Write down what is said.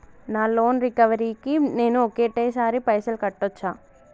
నా loan recovery కి నేను ఒకటేసరి పైసల్ కట్టొచ్చా?